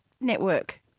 network